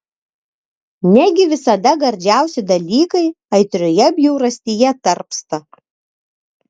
negi visada gardžiausi dalykai aitrioje bjaurastyje tarpsta